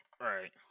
Right